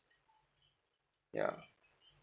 ya